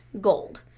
Gold